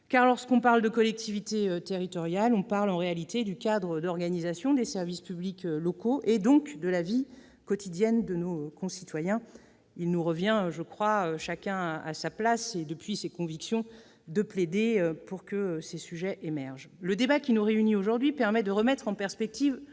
car lorsque l'on parle de collectivités territoriales, on parle en réalité du cadre d'organisation des services publics locaux et donc de la vie quotidienne de nos concitoyens. Il nous revient, chacun à notre place et avec nos convictions, de plaider pour que ces sujets émergent. Le débat qui nous réunit aujourd'hui permet de remettre en perspective